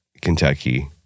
Kentucky